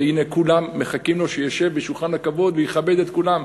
והנה כולם מחכים לו שישב ליד שולחן הכבוד ויכבד את כולם.